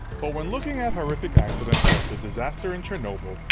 but when looking at horrific accidents like the disaster in chernobyl,